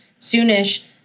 soonish